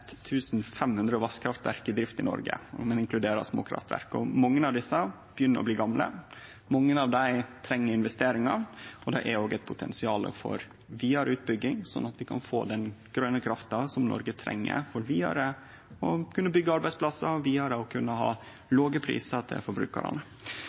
500 vasskraftverk i drift i Noreg, om ein inkluderer småkraftverk. Mange av desse begynner å bli gamle. Mange av dei treng investeringar, og det er òg eit potensial for vidare utbygging, sånn at vi kan få den grøne krafta som Noreg treng for vidare å kunne byggje arbeidsplassar og vidare